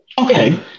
Okay